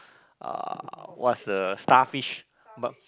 uh what's the starfish